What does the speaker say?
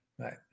Right